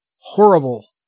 horrible